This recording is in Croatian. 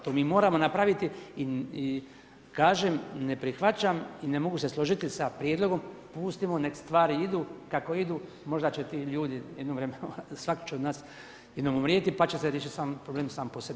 To mi moramo napraviti i kažem ne prihvaćam i ne mogu se složiti sa prijedlogom pustimo nek stvari idu kako idu, možda će ti ljudi jedno vrijeme, svako će od nas jednom umrijeti pa će se riješiti problem sam po sebi.